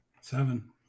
Seven